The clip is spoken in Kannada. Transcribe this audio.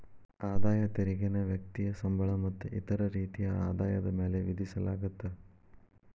ಆದಾಯ ತೆರಿಗೆನ ವ್ಯಕ್ತಿಯ ಸಂಬಳ ಮತ್ತ ಇತರ ರೇತಿಯ ಆದಾಯದ ಮ್ಯಾಲೆ ವಿಧಿಸಲಾಗತ್ತ